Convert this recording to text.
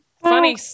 funny